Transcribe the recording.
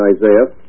Isaiah